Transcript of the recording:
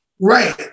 Right